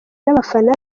n’abafana